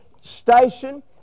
Station